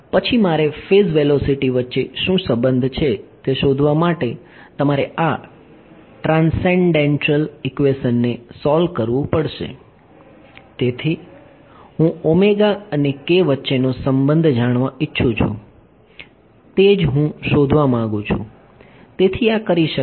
પછી મારે phase velocity વચ્ચે શું સંબંધ છે તે શોધવા માટે તમારે આ ટ્રાન્સેંડેંટલ ઈક્વેશનને સોલ્વ કરવું પડશે તેથી હું અને k વચ્ચેનો સંબંધ જાણવા ઇચ્છું છું તે જ હું શોધવા માંગુ છું